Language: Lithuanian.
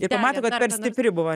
ir pamato kad per stipri buvo